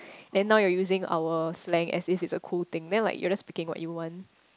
then now you using our slang I see as a cool thing never mind you just speaking what you want